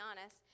honest